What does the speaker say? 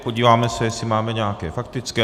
Podíváme se, jestli máme nějaké faktické.